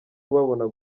kubabona